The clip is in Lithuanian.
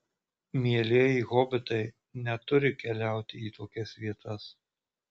mielieji hobitai neturi keliauti į tokias vietas